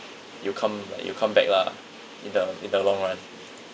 you'll come like you'll come back lah in the in the long run